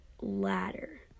ladder